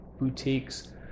boutiques